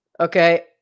Okay